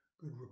good